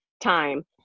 time